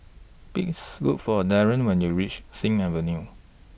Please Look For Darryl when YOU REACH Sing Avenue